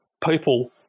People